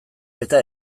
eta